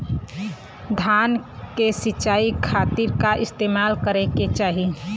धान के सिंचाई खाती का इस्तेमाल करे के चाही?